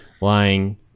lying